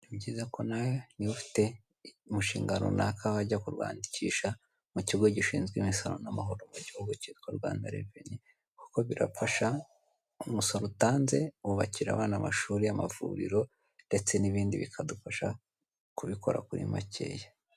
Ni byiza ko nawe niba ufite umushinga runaka wajya kuwandikisha mu kigo gishinzwe imisoro n'amahoro mu kigo cyitwa rwanda reveni kuko birafasha umusoro utanze wubakira abana amashuri, amavuriro ndetse n'ibindi bikadufasha kubikora kuri makeya